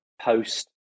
post